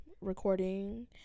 Recording